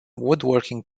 woodworking